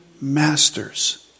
masters